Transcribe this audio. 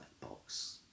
box